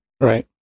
Right